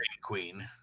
Queen